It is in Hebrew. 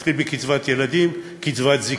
תתחיל בקצבת ילדים, קצבת זיקנה,